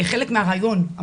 חלק מהרעיון,